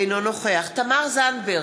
אינו נוכח תמר זנדברג,